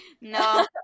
No